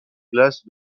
glace